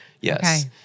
Yes